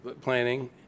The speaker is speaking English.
planning